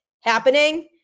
happening